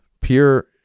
pure